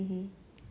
against black people